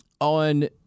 on